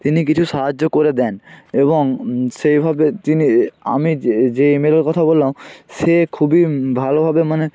তিনি কিছু সাহায্য করে দেন এবং সেইভাবে তিনি আমি যে যে এম এল এ এর কথা বললাম সে খুবই ভালোভাবে মানে